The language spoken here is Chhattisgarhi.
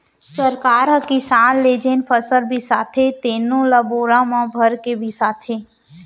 सरकार ह किसान ले जेन फसल बिसाथे तेनो ल बोरा म भरके बिसाथे